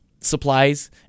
supplies